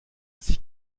sich